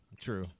True